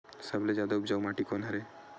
सबले जादा उपजाऊ माटी कोन हरे?